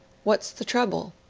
what's the trouble,